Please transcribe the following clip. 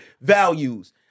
values